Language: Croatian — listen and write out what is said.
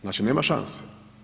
Znači, nema šanse.